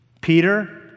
Peter